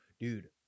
dude